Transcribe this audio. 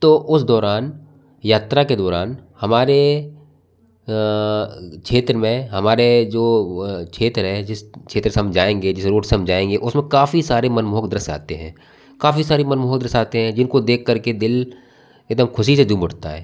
तो उसे दौरान यात्रा के दौरान हमारे क्षेत्र में हमारे जो क्षेत्र है जिस क्षेत्र से हम जाएँगे जिस रोड से हम जाएँगे उसमें काफ़ी सारे मनमोहक दृश्य आते हैं काफ़ी सारे मनमोहक दृश्य आते हैं जिनको देख करके दिल एकदम खुशी से झूम उठता है